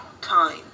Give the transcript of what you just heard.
time